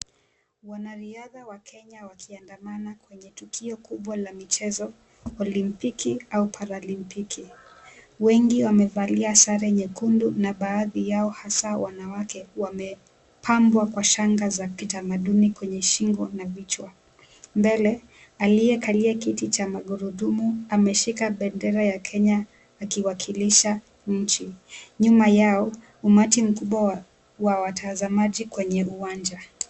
Wanariadha wa Kenya wakiandamana kwenye tukio kubwa la michezo; olimpiki au paralimpiki. Wengi wamevalia sare nyekundu na baadhi yao hasa wanawake wamepambwa kwa shanga za kitamaduni kwenye shingo na vichwa. Mbele, aliyekalia kiti cha magurudumu ameshika bendera ya Kenya akiwakilisha nchi. Nyuma yao umati mkubwa wa watazamaji kwenye uwanja.